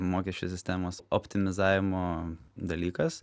mokesčių sistemos optimizavimo dalykas